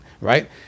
right